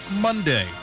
Monday